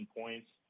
points